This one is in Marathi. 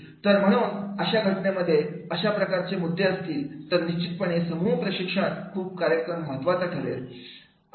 तर म्हणून अशा घटनेमध्ये अशा प्रकारचे मुद्दे असतील तर निश्चितपणे समूह प्रशिक्षण खूप कार्यक्षम ठरेल